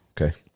Okay